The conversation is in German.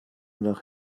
nach